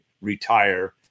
retire